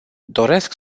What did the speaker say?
doresc